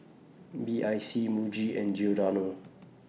B I C Muji and Giordano